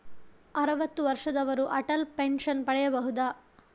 ಅರುವತ್ತು ವರ್ಷದವರು ಅಟಲ್ ಪೆನ್ಷನ್ ಪಡೆಯಬಹುದ?